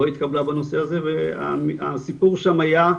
לא התקבלה בנושא הזה והסיפור שם היה,